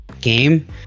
game